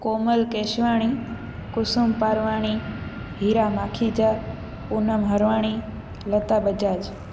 Komal Keshwani Kusum Parwani Heera Makhija Poonam Harwani Lata Bajaj